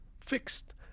fixed